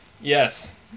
Yes